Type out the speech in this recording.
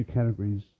Categories